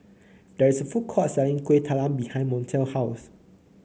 there is a food court selling Kuih Talam behind Montel's house